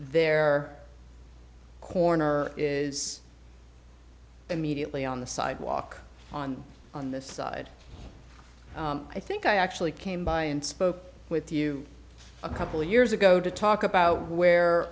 there corner is immediately on the sidewalk on on this side i think i actually came by and spoke with you a couple years ago to talk about where